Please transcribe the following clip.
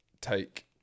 take